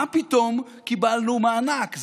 מה פתאום קיבלנו מענק?